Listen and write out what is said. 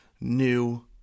new